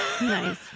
Nice